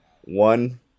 One